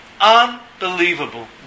unbelievable